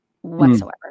whatsoever